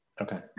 okay